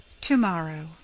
Tomorrow